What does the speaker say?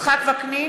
יצחק וקנין,